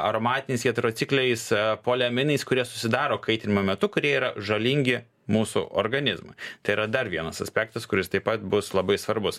aromatiniais heterocikliniais poleminiais kurie susidaro kaitinimo metu kurie yra žalingi mūsų organizmui tai yra dar vienas aspektas kuris taip pat bus labai svarbus